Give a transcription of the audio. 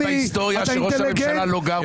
היה פעם ראשונה בהיסטוריה שראש הממשלה לא גר בירושלים ו